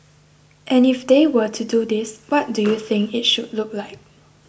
and if they were to do this what do you think it should look like